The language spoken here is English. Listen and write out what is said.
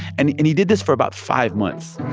and and he did this for about five months